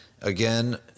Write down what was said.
Again